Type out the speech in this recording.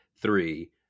three